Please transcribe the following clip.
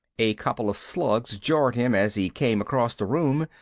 a couple of slugs jarred him as he came across the room,